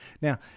now